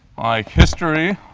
history.